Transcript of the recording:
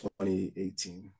2018